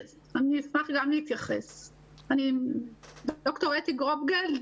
אני ד"ר אתי גרובגלד.